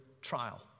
trial